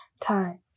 time